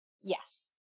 Yes